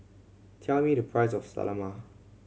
tell me the price of Salami